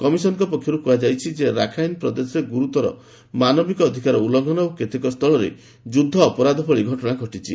କମିଶନଙ୍କ ପକ୍ଷରୁ କୁହାଯାଇଛି ଯେ ରାଖାଇନ ପ୍ରଦେଶରେ ଗୁରୁତର ମାନବିକ ଅଧିକାର ଉଲ୍ଲୁଙ୍ଘନ ଓ କେତେକ ସ୍ଥୁଳରେ ଯୁଦ୍ଧ ଅପରାଧ ଭଳି ଘଟଣା ଘଟିଛି